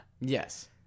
Yes